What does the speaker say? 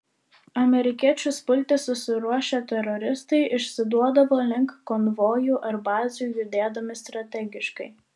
amerikiečius pulti susiruošę teroristai išsiduodavo link konvojų ar bazių judėdami strategiškai